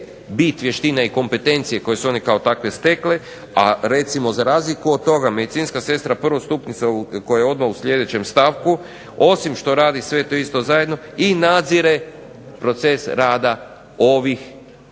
bit vještine i kompetencije koje su one kao takve stekle, a recimo za razliku od toga medicinska sestra prvostupnica koja je odmah u sljedećem stavku osim što radi sve to isto zajedno i nadzire proces rada ovih što bi